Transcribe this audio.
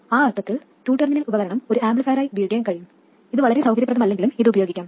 ആ അർത്ഥത്തിൽ two terminal ഉപകരണം ഒരു ആംപ്ലിഫയറായി ഉപയോഗിക്കാൻ കഴിയും ഇത് വളരെ സൌകര്യപ്രദമല്ലെങ്കിലും ഇത് ഉപയോഗിക്കാം